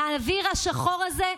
והאוויר השחור הזה,